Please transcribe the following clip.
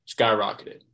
skyrocketed